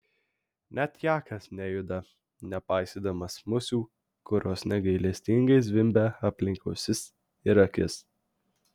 net jakas nejuda nepaisydamas musių kurios negailestingai zvimbia aplink ausis ir akis